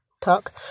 talk